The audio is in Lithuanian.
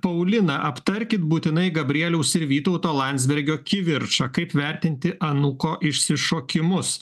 paulina aptarkit būtinai gabrieliaus ir vytauto landsbergio kivirčą kaip vertinti anūko išsišokimus